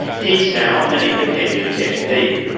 he is now an independent mp.